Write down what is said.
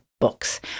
Books